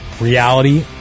Reality